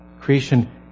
creation